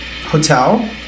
hotel